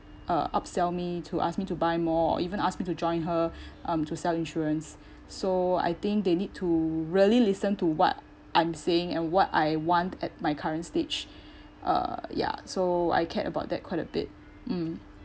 uh upsell me to ask me to buy more or even ask me to join her um to sell insurance so I think they need to really listen to what I'm saying and what I want at my current stage uh ya so I cared about that quite a bit mm